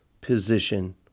position